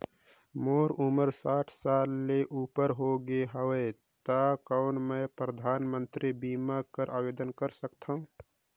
मोर उमर साठ साल ले उपर हो गे हवय त कौन मैं परधानमंतरी बीमा बर आवेदन कर सकथव?